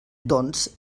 doncs